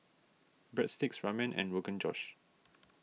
Breadsticks Ramen and Rogan Josh